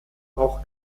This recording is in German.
auch